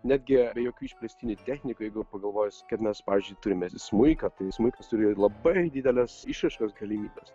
netgi be jokių išplėstinių technikų jeigu pagalvojus kad mes pavyzdžiui turime smuiką tai smuikas turi labai dideles išraiškos galimybes